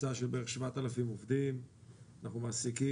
קבוצה של בערך 7,000 עובדים אנחנו מעסיקים